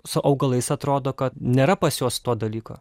su augalais atrodo kad nėra pas juos to dalyko